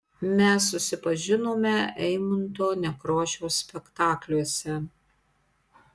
mes susipažinome eimunto nekrošiaus spektakliuose